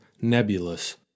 nebulous